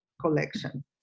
collection